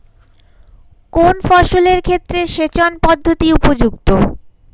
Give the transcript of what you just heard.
কোন ফসলের ক্ষেত্রে সেচন পদ্ধতি উপযুক্ত?